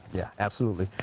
yeah. absolutely.